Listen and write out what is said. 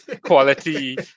quality